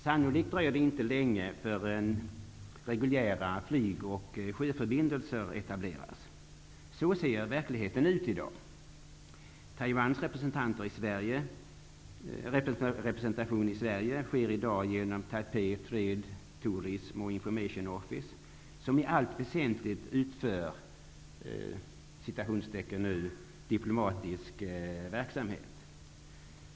Sannolikt dröjer det inte länge förrän reguljära flyg och sjöförbindelser etableras. Så ser dagens verkligheten ut. Taiwanrepresentationen i Sverige utövas i dag genom Taipei Trade Tourism & Information Office, som i allt väsentligt utför ''diplomatisk verksamhet''.